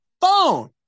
phone